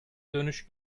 dönüş